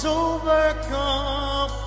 overcome